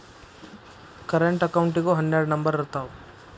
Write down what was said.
current ಅಕೌಂಟಿಗೂ ಹನ್ನೆರಡ್ number ಇರ್ತಾವ